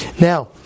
Now